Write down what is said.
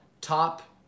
top